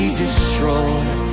destroyed